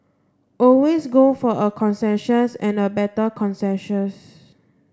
always go for a consensus and a better consensus